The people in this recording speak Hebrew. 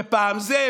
ופעם זה,